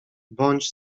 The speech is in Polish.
bądź